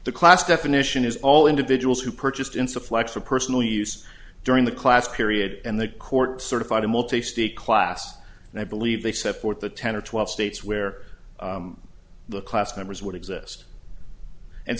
the class definition is all individuals who purchased in supplies for personal use during the class period and the court certified a multi state class and i believe they support the ten or twelve states where the class members would